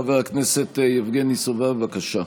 חבר הכנסת יבגני סובה, בבקשה.